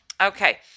Okay